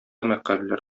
мәкаләләр